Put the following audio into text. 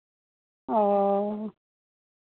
और